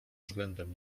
względem